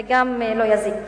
זה גם לא יזיק.